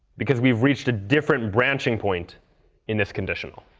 because we've reached a different branching point in this conditional.